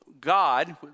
God